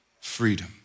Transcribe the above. freedom